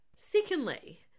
Secondly